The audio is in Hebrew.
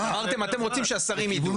אמרתם אתם רוצים שהשרים ידעו.